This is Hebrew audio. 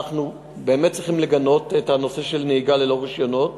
אנחנו באמת צריכים לגנות את הנושא של נהיגה ללא רישיונות,